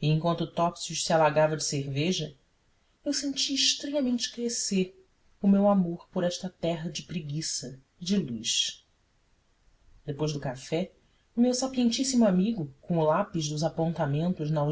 e em quanto topsius se alagava de cerveja eu sentia estranhamente crescer o meu amor por esta terra de preguiça e de luz depois do café o meu sapientíssimo amigo com o lápis dos apontamentos na